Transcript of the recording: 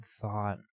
thought